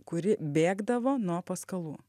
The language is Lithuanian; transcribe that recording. kuri bėgdavo nuo paskalų